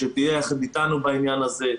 שתהיה יחד איתנו בעניין הזה.